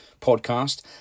podcast